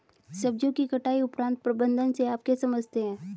सब्जियों की कटाई उपरांत प्रबंधन से आप क्या समझते हैं?